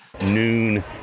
Noon